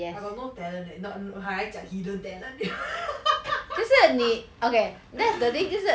I got no talent leh 你懂你还讲 hidden talent